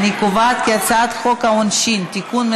אני קובעת כי הצעת חוק העונשין (תיקון,